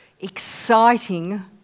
exciting